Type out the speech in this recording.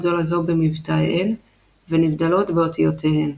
זו לזו במבטאיהן ונבדלות באותיותיהן